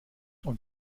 und